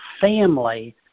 family